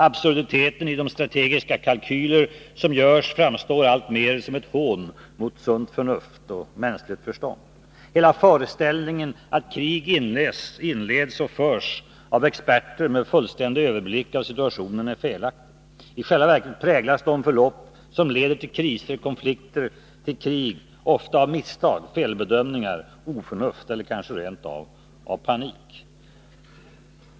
Absurditeten i de strategiska kalkyler som görs framstår alltmer som ett hån mot sunt förnuft och mänskligt förstånd. Hela föreställningen att krig inleds och förs av experter med fullständig överblick av situationen är felaktig. I själva verket präglas de förlopp som leder till kriser, konflikter och krig ofta av misstag, felbedömningar, oförnuft eller kanske rent av panik.